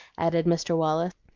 added mr. wallace.